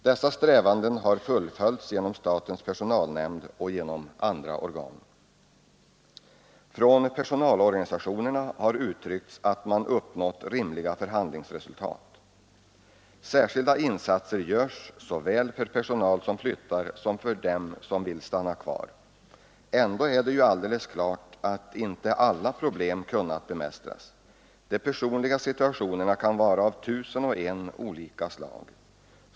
Dessa strävanden har fullföljts genom statens personalnämnd och genom andra organ. Från personalorganisationerna har uttryckts att man uppnått rimliga förhandlingsresultat. Särskilda insatser görs såväl för personal som flyttar som för dem som vill stanna kvar. Ändå är det ju alldeles klart att inte alla problem kunnat bemästras. De personliga situationerna kan vara av tusen och ett olika slag.